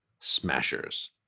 Smashers